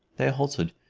they halted,